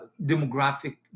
demographic